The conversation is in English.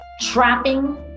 trapping